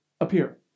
appear